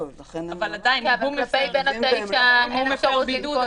------ אם אתה בבידוד,